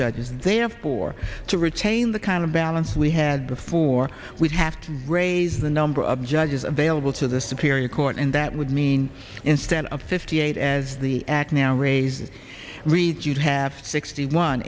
judges and they have four to retain the kind of balance we had before we'd have to raise the number of judges available to the superior court and that would mean instead of fifty eight as the act now raising reads you have sixty one